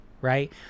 right